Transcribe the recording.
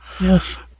Yes